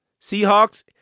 Seahawks